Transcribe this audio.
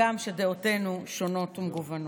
הגם שדעותינו שונות ומגוונות.